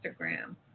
Instagram